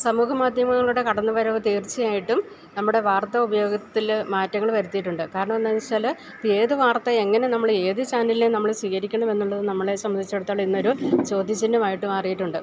സമൂഹമാദ്ധ്യമങ്ങളുടെ കടന്നുവരവ് തീർച്ചയായിട്ടും നമ്മുടെ വാർത്താ ഉപയോഗത്തില് മാറ്റങ്ങള് വരുത്തിയിട്ടുണ്ട് കാരണമെന്താണെന്നു വെച്ചാല് ഇപ്പോള് ഏത് വാർത്ത എങ്ങനെ നമ്മള് ഏത് ചാനലിലേത് നമ്മള് സ്വീകരിക്കണമെന്നുള്ളത് നമ്മളെ സംബന്ധിച്ചിടത്തോളം ഇന്നൊരു ചോദ്യചിഹ്നമായിട്ട് മാറിയിട്ടുണ്ട്